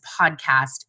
podcast